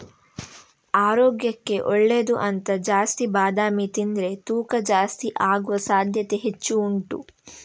ಆರೋಗ್ಯಕ್ಕೆ ಒಳ್ಳೇದು ಅಂತ ಜಾಸ್ತಿ ಬಾದಾಮಿ ತಿಂದ್ರೆ ತೂಕ ಜಾಸ್ತಿ ಆಗುವ ಸಾಧ್ಯತೆ ಹೆಚ್ಚು ಉಂಟು